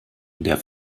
der